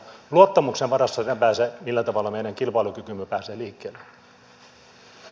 luottamuksen varassa lepää se millä tavalla meidän kilpailukykymme pääsee liikkeelle